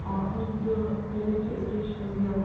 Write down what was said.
ꯑꯩꯒꯤꯗꯨ ꯇꯣꯏꯂꯦꯠꯁꯨ ꯑꯦꯇꯦꯁ ꯇꯧꯕꯤꯌꯣ